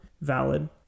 valid